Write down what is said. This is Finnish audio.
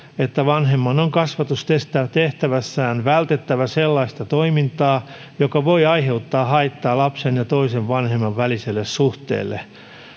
että vanhemman on kasvatustehtävässään vältettävä sellaista toimintaa joka voi aiheuttaa haittaa lapsen ja toisen vanhemman väliselle suhteelle